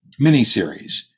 miniseries